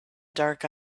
dark